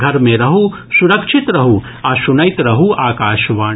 घर मे रहू सुरक्षित रहू आ सुनैत रहू आकाशवाणी